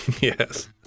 Yes